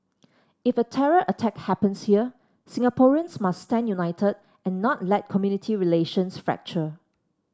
if a terror attack happens here Singaporeans must stand united and not let community relations fracture